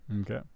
Okay